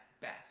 best